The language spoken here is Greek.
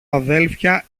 αδέλφια